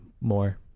more